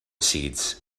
seeds